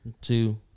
two